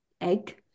egg